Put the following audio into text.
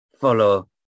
follow